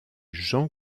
jean